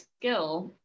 skill